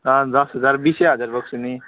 अँ दस हजार बिसै हजार बोक्छु नि